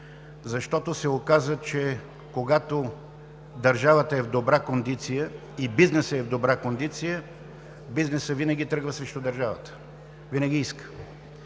защото се оказа, че когато държавата е в добра кондиция и бизнесът е в добра кондиция, бизнесът винаги тръгва срещу държавата, винаги иска.